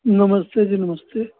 नमस्ते जी नमस्ते